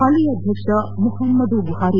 ಹಾಲಿ ಅಧ್ಯಕ್ಷ Muhammadu Buhari